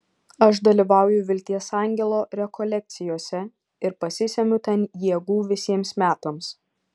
aš dalyvauju vilties angelo rekolekcijose ir pasisemiu ten jėgų visiems metams